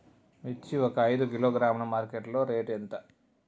మిర్చి ఒక ఐదు కిలోగ్రాముల మార్కెట్ లో రేటు ఎంత?